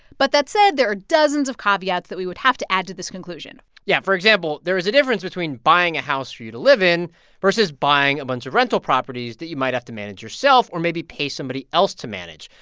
but that said, there are dozens of caveats that we would have to add to this conclusion yeah. for example, there is a difference between buying a house for you to live in versus buying a bunch of rental properties that you might have to manage yourself or maybe pay somebody else to manage.